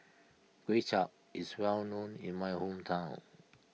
Kuay Chap is well known in my hometown